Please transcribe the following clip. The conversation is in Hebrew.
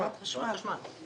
חברת החשמל.